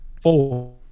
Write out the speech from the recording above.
four